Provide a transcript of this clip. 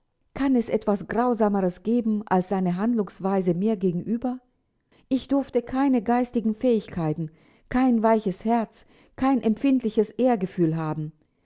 kann es etwas grausameres geben als seine handlungsweise mir gegenüber ich durfte keine geistigen fähigkeiten kein weiches herz kein empfindliches ehrgefühl haben